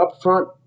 upfront